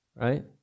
right